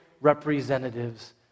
representatives